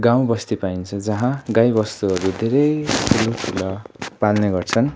गाउँ बस्ती पाइन्छ जहाँ गाईवस्तुहरू धेरै ठुला ठुला पाल्ने गर्छन्